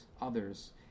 others